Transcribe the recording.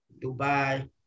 Dubai